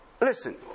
Listen